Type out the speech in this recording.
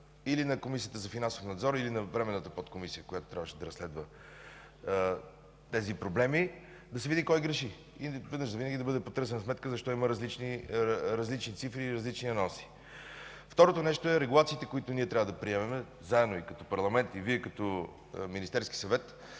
или на Комисията за финансов надзор, или на Временната подкомисия, която трябваше да разследва тези проблеми, да се види кой греши и веднъж завинаги да бъде потърсена сметка защо има различни цифри и анонси. Второто нещо – регулациите, които трябва да приемаме заедно –ние като парламент и Вие като Министерски съвет,